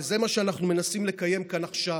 וזה מה שאנחנו מנסים לקיים כאן עכשיו.